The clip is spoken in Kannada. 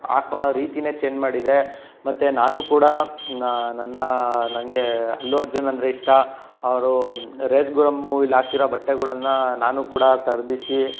ಹಾಕ್ಕೊಳೊ ರೀತಿನೇ ಚೇಂಜ್ ಮಾಡಿದೆ ಮತ್ತೆ ನಾನು ಕೂಡ ನನ್ನ ನನಗೆ ಅಲ್ಲು ಅರ್ಜುನ್ ಅಂದರೆ ಇಷ್ಟ ಅವರು ರೇಸ್ ಗುರಮ್ ಮೂವಿಲಿ ಹಾಕಿರೋ ಬಟ್ಟೆಗಳನ್ನ ನಾನು ಕೂಡ ಖರೀದಿಸಿ